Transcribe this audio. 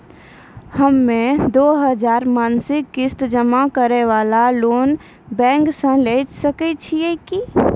हम्मय दो हजार मासिक किस्त जमा करे वाला लोन बैंक से लिये सकय छियै की?